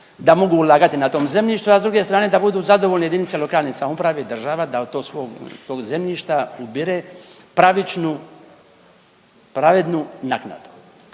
da mogu ulagati na tom zemljištu, a s druge strane da budu zadovoljne jedinice lokalne samouprave, država da od tog zemljišta ubire pravičnu, pravednu naknadu.